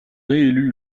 réélu